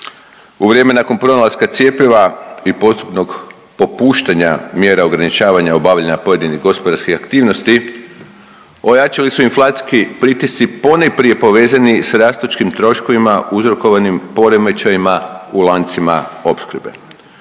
U vrijeme nakon pronalaska cjepiva i postupnog popuštanja mjera ograničavanja obavljanja pojedinih gospodarskih aktivnosti, ojačali su inflacijski pritisci ponajprije povezani s rastućim troškovima uzrokovanim poremećajima u lancima opskrbe.